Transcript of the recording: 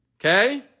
Okay